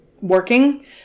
working